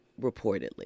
reportedly